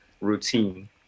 routine